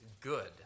good